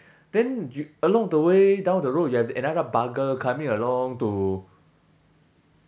then you along the way down the road you have another bugger coming along to